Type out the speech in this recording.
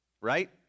right